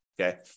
okay